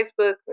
Facebook